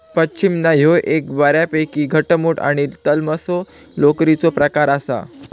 पश्मीना ह्यो एक बऱ्यापैकी घटमुट आणि तलमसो लोकरीचो प्रकार आसा